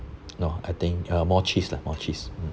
no I think uh more cheese lah more cheese mm